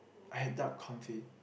I had duck confit